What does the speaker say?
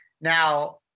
Now